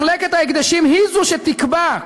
מחלקת ההקדשים היא זו שתקבע,